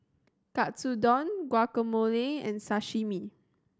Katsudon Guacamole and Sashimi